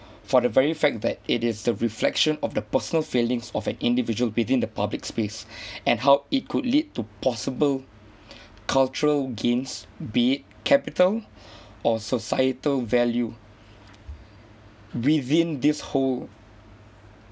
for the very fact that it is the reflection of the personal feelings of an individual within the public space and how it could lead to possible cultural gains be it capital or societal value within this whole